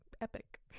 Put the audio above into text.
epic